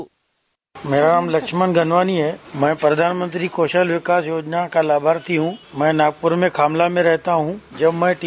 sound bite मेरा नाम लक्ष्मणदास गनवानी है मैं प्रधानमंत्री कौशल विकास योजना का लाभार्थी हू मैं नागपूर मे खामला में रहता हूँ जब मैं टी